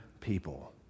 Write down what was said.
people